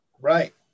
Right